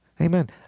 Amen